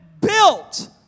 built